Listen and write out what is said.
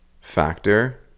factor